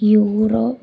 Europe